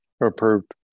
Approved